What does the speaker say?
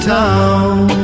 town